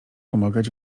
pomagać